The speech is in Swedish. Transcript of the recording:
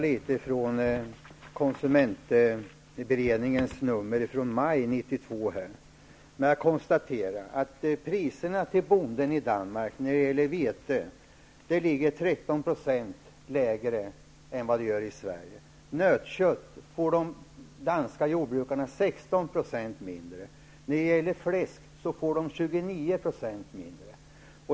Låt mig bara referera litet från Man konstaterar att priserna till bonden i Danmark när det gäller vete ligger 13 % lägre än vad de gör i 16 % mindre. När det gäller fläsk får de 29 % mindre.